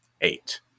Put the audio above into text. eight